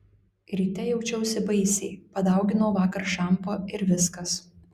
ryte jaučiausi baisiai padauginau vakar šampo ir viskas